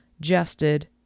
jested